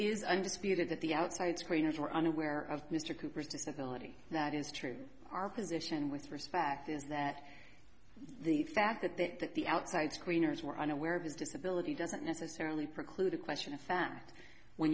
is under speed at the outside screeners were unaware of mr cooper's disability that is true our position with respect is that the fact that the outside screeners were unaware of his disability doesn't necessarily preclude a question of fact when